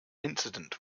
incident